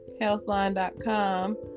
healthline.com